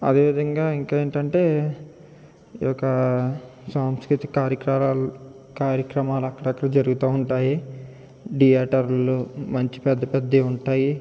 అదేవిధంగా ఇంకా ఏంటంటే ఒక సాంస్కృతి కార్యక్రమా కార్యక్రమాలు అక్కడక్కడ జరుగుతూ ఉంటాయి థియేటర్లో మంచి పెద్ద పెద్దవి ఉంటాయి